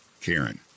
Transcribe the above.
Karen